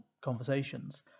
conversations